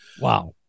Wow